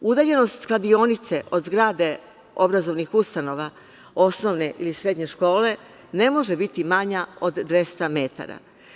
Udaljenost kladionice od zgrade obrazovnih ustanova osnovne i srednje škole ne može biti manja od 200 metara.